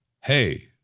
hey